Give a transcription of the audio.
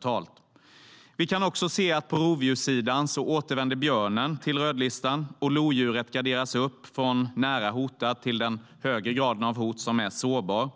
På rovdjurssidan kan vi se att björnen återvänder till rödlistan, och lodjuret graderas upp från nära hotad till den högre graden av hot: sårbar.